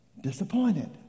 disappointed